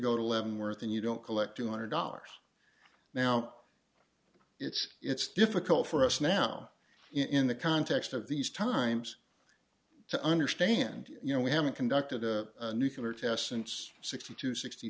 go to leavenworth and you don't collect two hundred dollars now it's it's difficult for us now in the context of these times to understand you know we haven't conducted a nuclear test since sixty two sixty